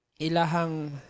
ilahang